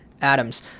Adams